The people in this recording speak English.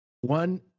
one